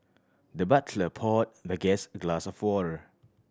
the butler poured the guest a glass of water